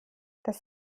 das